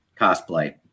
cosplay